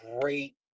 great